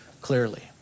clearly